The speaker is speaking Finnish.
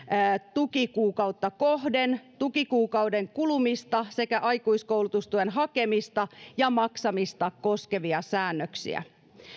tukikuukautta kohden tukikuukauden kulumista sekä aikuiskoulutustuen hakemista ja maksamista koskevia säännöksiä